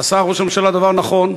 עשה ראש הממשלה דבר נכון,